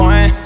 One